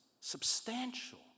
substantial